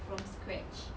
from scratch